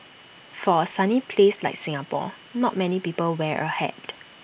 for A sunny place like Singapore not many people wear A hat